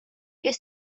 kes